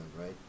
right